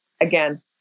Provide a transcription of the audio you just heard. again